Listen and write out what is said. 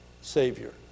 Savior